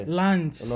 lunch